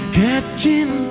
catching